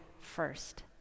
first